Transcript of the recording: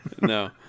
No